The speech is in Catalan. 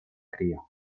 cria